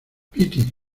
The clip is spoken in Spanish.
piti